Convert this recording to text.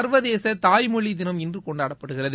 சா்வதேச தாய்மொழி தினம் இன்று கொண்டாடப்படுகிறது